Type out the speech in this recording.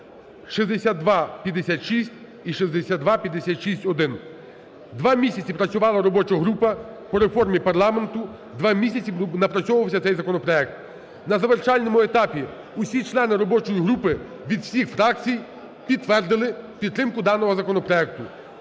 (6256 і 6256-1). Два місяці працювала робоча група по реформі парламенту, два місяці напрацьовувався цей законопроект. На завершальному етапі всі члени робочої групи від всіх фракцій підтвердили підтримку даного законопроекту.